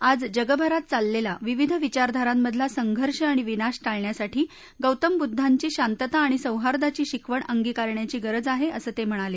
आज जगभरात चाललेला विविध विचारधारांमधला संघर्ष आणि विनाश टाळण्यासाठी गौतम बुद्धांची शांतता आणि सौहार्दाची शिकवण अंगिकारण्याची गरज आहे असं ते म्हणाले